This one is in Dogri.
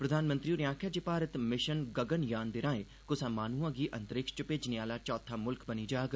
प्रधानमंत्री होरें आखेआ जे भारत मिशन गगनयान दे राए कुसा माहनुयै गी अंतरिक्ष च मेजने आहला चौथा मुल्ख बनी जाग